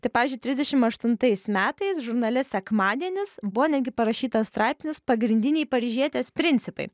tai pavyzdžiui trisdešimt aštuntais metais žurnale sekmadienis buvo netgi parašytas straipsnis pagrindiniai paryžietės principai